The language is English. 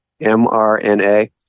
mRNA